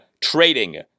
trading